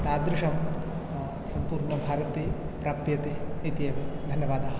तादृशं सम्पूर्णभारते प्राप्यते इति एव धन्यवादाः